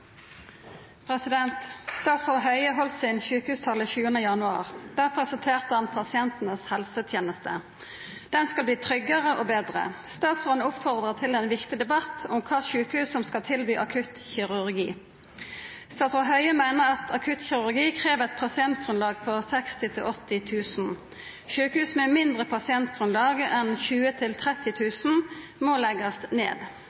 Statsråd Høie heldt sjukehustalen sin 7. januar. Då presenterte han pasientane si helseteneste. Ho skal verta tryggare og betre. Statsråden oppfordra til ein viktig debatt om kva for sjukehus som skal tilby akuttkirurgi. Statsråd Høie meiner at akuttkirurgi krev eit pasientgrunnlag på 60 000–80 000. Sjukehus med eit mindre pasientgrunnlag enn 20 000–30 000 må leggjast ned.